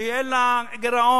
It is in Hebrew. שאין לה גירעון,